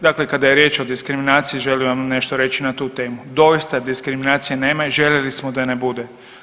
Dakle, kada je riječ o diskriminaciji želim vam nešto reći na tu temu, doista diskriminacije nema i željeli smo da je ne bude.